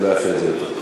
אני לא אעשה את זה יותר.